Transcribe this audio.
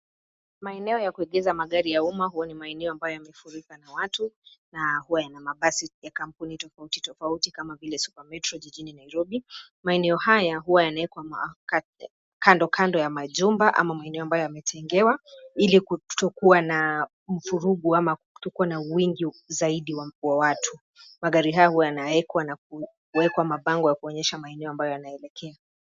Maeneo ya kuegeza gari ya umma huwa ni maeneo ambayo yamefurika na watu na huwa yana mabasi ya kampuni tofauti tofauti kama vile Super metro jijini Nairobi. Maeneo haya huwa yanawekwa kando kando ya majumba ama maeneo ambayo yametengewa ili kutokuwa na mfurugu ama kutokua na uwengi zaidi wa watu. Magari haya yanawekwa na kuwekwa mabango ya kuonyesha maeneo ambayo yanaelekea.